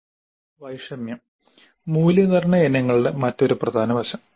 വൈഷമ്യം മൂല്യനിർണ്ണയ ഇനങ്ങളുടെ മറ്റൊരു പ്രധാന വശം